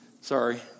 sorry